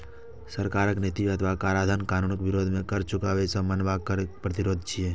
सरकारक नीति अथवा कराधान कानूनक विरोध मे कर चुकाबै सं मना करब कर प्रतिरोध छियै